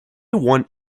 want